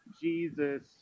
Jesus